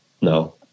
No